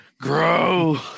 Grow